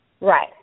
right